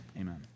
Amen